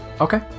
Okay